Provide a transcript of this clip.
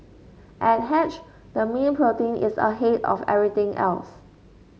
at Hatched the mean protein is ahead of everything else